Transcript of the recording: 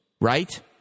right